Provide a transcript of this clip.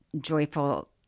joyful